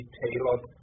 tailored